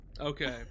Okay